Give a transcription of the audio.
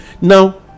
now